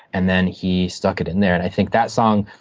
and then he stuck it in there. and i think that song,